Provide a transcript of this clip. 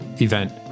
event